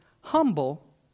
humble